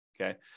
Okay